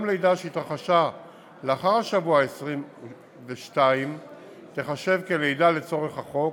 לידה שהתרחשה לאחר השבוע ה-22 תיחשב לידה לצורך החוק